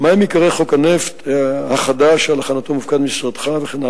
כרגע כ-20% מן החשמל אמור להיות מסופק על-ידי יצרני חשמל פרטיים ו-80%